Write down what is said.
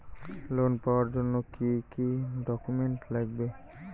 Loan পাওয়ার জন্যে কি কি ডকুমেন্ট লাগবে?